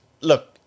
look